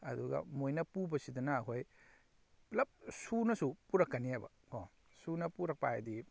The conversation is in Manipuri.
ꯑꯗꯨꯒ ꯃꯣꯏꯅ ꯄꯨꯕꯁꯤꯗꯅ ꯑꯩꯈꯣꯏ ꯄꯨꯜꯂꯞ ꯁꯨꯅꯁꯨ ꯄꯨꯔꯛꯀꯅꯦꯕ ꯀꯣ ꯁꯨꯅ ꯄꯨꯔꯛꯄ ꯍꯥꯏꯕꯗꯤ